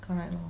correct lor